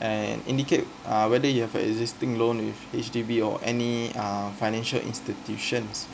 and indicate uh whether you have a existing loan with H_D_B or any uh financial institutions